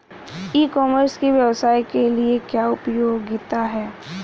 ई commerce की व्यवसाय के लिए क्या उपयोगिता है?